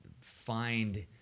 find